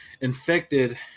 infected